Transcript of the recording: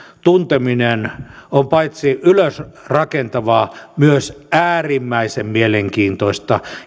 tunteminen on paitsi ylösrakentavaa myös äärimmäisen mielenkiintoista